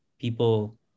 people